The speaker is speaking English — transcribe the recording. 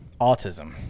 Autism